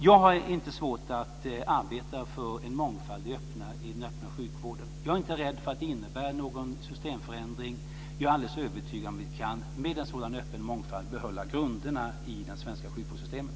Jag har inte svårt att arbeta för en mångfald i den öppna sjukvården. Jag är inte rädd för att det innebär någon systemförändring. Jag är helt övertygad om att vi kan, med en sådan öppen mångfald, behålla grunderna i det svenska sjukvårdssystemet.